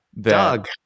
Doug